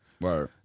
Right